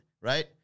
right